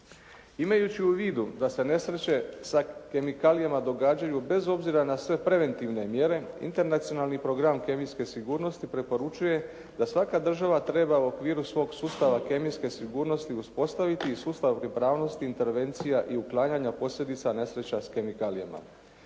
Imajući u vidu da se nesreće sa kemikalijama događaju bez obzira na sve preventivne, mjere internacionalni program kemijske sigurnosti preporučuje da svaka država treba u okviru svog sustava kemijske sigurnosti uspostaviti i sustav pripravnosti intervencija i uklanjanja posljedica nesreća s kemikalijama.